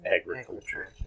agriculture